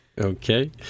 Okay